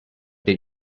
did